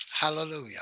Hallelujah